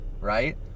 right